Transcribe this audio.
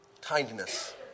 kindness